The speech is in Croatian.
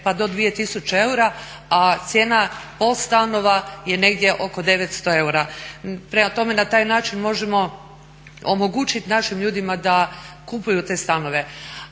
pa do 2000 eura, a cijena POS stanova je negdje oko 900 eura. Prema tome, na taj način možemo omogućit našim ljudima da kupuju te stanove.